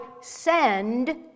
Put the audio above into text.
send